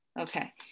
Okay